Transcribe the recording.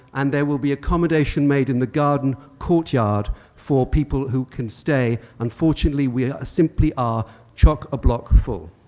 and there will be accommodation made in the garden courtyard for people who can stay, unfortunately we simply are chock-a-block full.